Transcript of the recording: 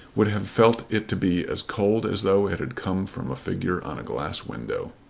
would have felt it to be as cold as though it had come from a figure on a glass window.